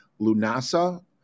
Lunasa